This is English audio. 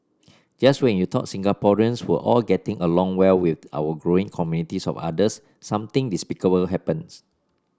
just when you thought Singaporeans were all getting along well with our growing communities of otters something despicable happens